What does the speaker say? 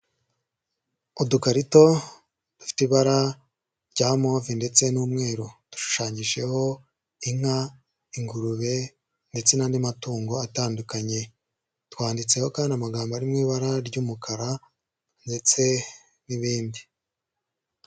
Udukarito dufite ibara rya move ndetse n'umweru dushushanyijeho inka, ingurube ndetse n'andi matungo atandukanye twanditseho kandi amagambo ari mu ibara ry'umukara ndetse n'ibindi.